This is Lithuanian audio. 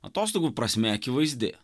atostogų prasmė akivaizdi